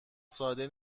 ساده